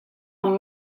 amb